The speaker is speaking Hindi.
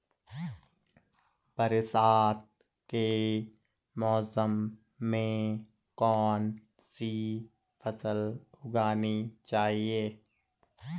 बरसात के मौसम में कौन सी फसल उगानी चाहिए?